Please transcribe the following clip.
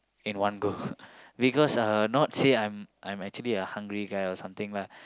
in one go because not say I'm actually a hungry guy or something lah